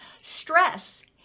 stress